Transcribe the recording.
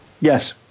Yes